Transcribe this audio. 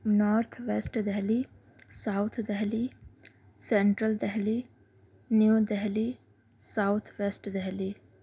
north West Delhi South Delhi Central Delhi New Delhi South West Delhi